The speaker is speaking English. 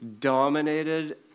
dominated